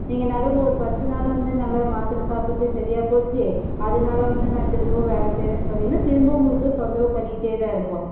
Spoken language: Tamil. நீங்கள் நடுவில் ஒரு பத்து நாள் வந்து நல்லா மாத்தரை சாப்பிட்டுட்டு சரியாப் போச்சு அதனால வந்து நான் திரும்பவும் வேலை செய்கிறேன்னு சொன்னிங்கன்னால் திரும்பவும் உங்களுக்கு தொந்தரவு பண்ணிகிட்டேத்தான் இருக்கும்